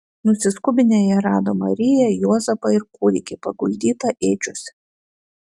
nusiskubinę jie rado mariją juozapą ir kūdikį paguldytą ėdžiose